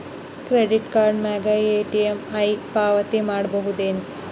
Credit card ಮ್ಯಾಲೆ EMI ಪಾವತಿ ಮಾಡ್ಬಹುದೇನು?